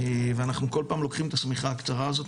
ואנחנו כל פעם לוקחים את השמיכה הקצרה הזאת,